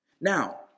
Now